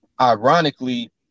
ironically